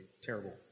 terrible